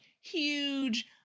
huge